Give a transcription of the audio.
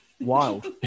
wild